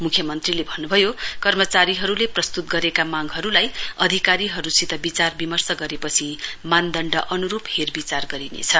मुख्यमन्त्रीले भन्नुभयो कर्मचारीहरूले प्रस्तुत गरेका मांगहरूलाई अधिकारीहरूसित विचार विमर्श गरेपछि मानदण्ड अनुरूप हेरविचार गरिनेछ